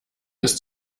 ist